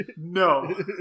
No